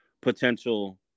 potential